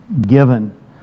given